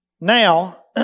Now